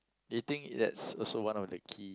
you think that's also one of the key